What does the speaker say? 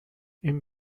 این